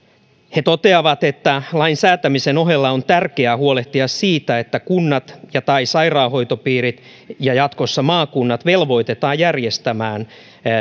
he toteavat että lain säätämisen ohella on tärkeää huolehtia siitä että kunnat ja tai sairaanhoitopiirit ja jatkossa maakunnat velvoitetaan järjestämään